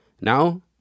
Now